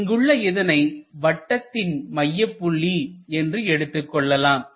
இங்குள்ள இதனை வட்டத்தின் மையப்புள்ளி என்று எடுத்துக்கொள்ளலாம்